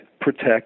protects